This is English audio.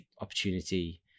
opportunity